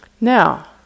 Now